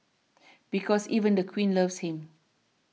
because even the queen loves him